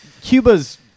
Cuba's